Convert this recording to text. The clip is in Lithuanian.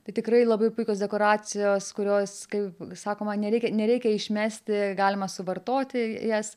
tai tikrai labai puikios dekoracijos kurios kaip sakoma nereikia nereikia išmesti galima suvartoti jas